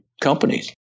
Companies